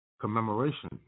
commemoration